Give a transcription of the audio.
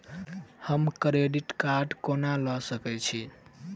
हम credit card कोना लऽ सकै छी?